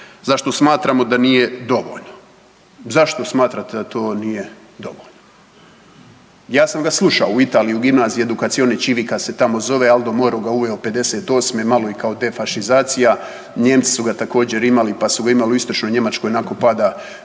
za što smatramo da nije dovoljno. Zašto smatrate da to nije dovoljno? Ja sam ga slušao u Italiji u gimnaziji Educatione civita se tamo zove. Aldo Moro ga je uveo '58. Malo i kao defašizacija. Nijemci su ga također imali, pa su ga imali u istočnoj Njemačkoj nakon pada